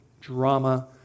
drama